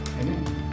Amen